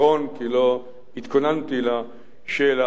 כי לא התכוננתי לשאלה הזאת,